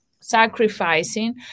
sacrificing